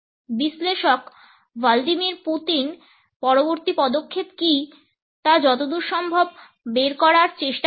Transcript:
বিশ্লেষক ভ্লাদিমির পুতিনের পরবর্তী পদক্ষেপ কী তা যতদূর সম্ভব বের করার চেষ্টা করছেন